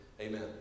Amen